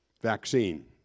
vaccine